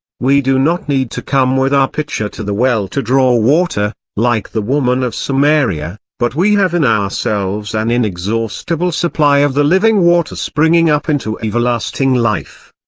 we do not need to come with our pitcher to the well to draw water, like the woman of samaria, but we have in ourselves an inexhaustible supply of the living water springing up into everlasting life.